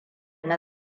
na